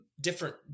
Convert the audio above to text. different